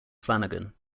flanagan